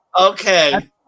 Okay